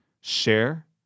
Share